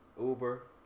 Uber